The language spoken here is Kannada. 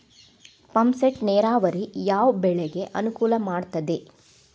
ಪಂಪ್ ಸೆಟ್ ನೇರಾವರಿ ಯಾವ್ ಬೆಳೆಗೆ ಅನುಕೂಲ ಮಾಡುತ್ತದೆ?